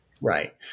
Right